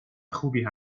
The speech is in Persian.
خوبی